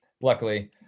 luckily